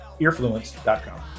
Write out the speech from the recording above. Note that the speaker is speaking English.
EarFluence.com